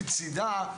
מצידה,